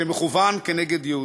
שמכוון נגד יהודים.